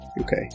Okay